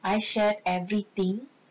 I shared everything